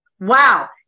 Wow